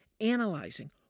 analyzing